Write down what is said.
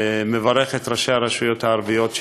מברך את ראשי הרשויות הערביות שהגיעו.